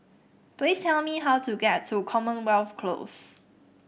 please tell me how to get to Commonwealth Close